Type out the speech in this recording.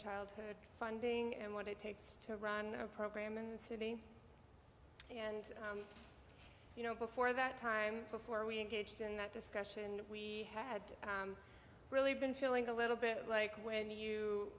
childhood funding and what it takes to run a program in the city and you know before that time before we engaged in that discussion we had really been feeling a little bit like when you